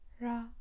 ra